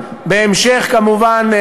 כמובן,